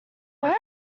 where